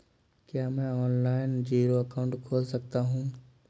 क्या मैं online zero account खोल सकता हूँ?